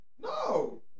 No